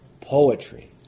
poetry